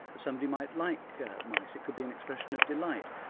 somebody might like mice, it could be an expression of delight.